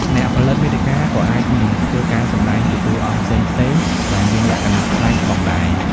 អ្នកផលិតមាតិកាក៏អាចនឹងធ្វើការសម្តែងជាតួអង្គផ្សេងៗ ដែលមានលក្ខណៈប្លែកផងដែរ។